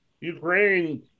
Ukraine